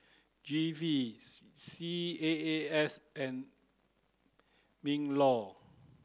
G V C C A A S and MINLAW